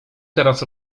teraz